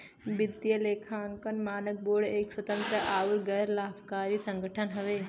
वित्तीय लेखांकन मानक बोर्ड एक स्वतंत्र आउर गैर लाभकारी संगठन हौ